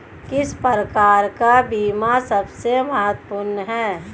किस प्रकार का बीमा सबसे महत्वपूर्ण है?